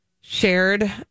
shared